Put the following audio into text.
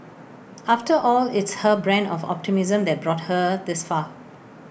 after all it's her brand of optimism that brought her this far